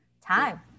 time